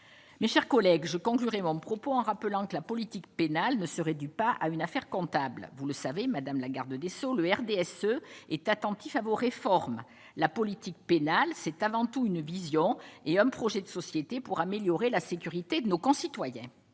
mes chers collègues, je conclurai mon propos en rappelant que la politique pénale ne serait du pas à une affaire comptable, vous le savez madame la garde des sceaux le RDSE est attentif à vos réformes, la politique pénale, c'est avant tout une vision et un projet de société pour améliorer la sécurité de nos concitoyens,